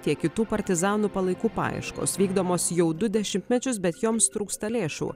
tiek kitų partizanų palaikų paieškos vykdomos jau du dešimtmečius bet joms trūksta lėšų